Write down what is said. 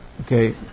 Okay